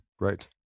right